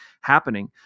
happening